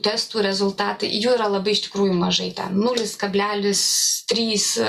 testų rezultatai jų yra labai iš tikrųjų mažai ten nulis kablelis trys